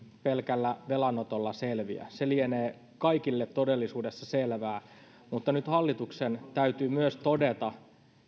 pelkällä velanotolla selviä se lienee kaikille todellisuudessa selvää mutta nyt hallituksen täytyy myös todeta